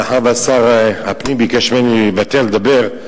שר הפנים ביקש ממני לוותר ולא לדבר,